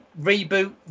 reboot